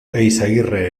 eizagirre